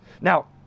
Now